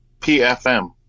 PFM